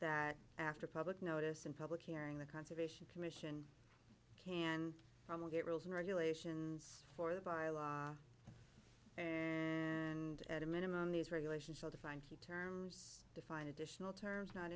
that after public notice and public hearing the conservation commission can probably get rules and regulations for the bylaw and at a minimum these regulations will define key term defined additional terms not